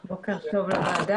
כן, בוקר טוב לוועדה.